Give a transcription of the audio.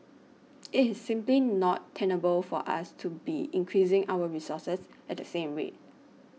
it is simply not tenable for us to be increasing our resources at the same rate